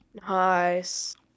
Nice